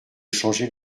changer